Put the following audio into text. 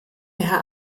herr